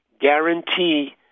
guarantee